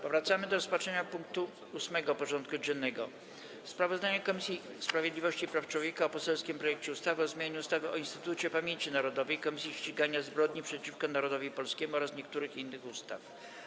Powracamy do rozpatrzenia punktu 8. porządku dziennego: Sprawozdanie Komisji Sprawiedliwości i Praw Człowieka o poselskim projekcie ustawy o zmianie ustawy o Instytucie Pamięci Narodowej - Komisji Ścigania Zbrodni przeciwko Narodowi Polskiemu oraz niektórych innych ustaw.